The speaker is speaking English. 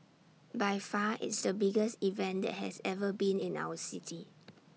by far it's the biggest event that has ever been in our city